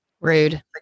Rude